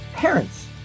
Parents